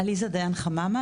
עליזה דיין חממה,